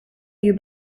you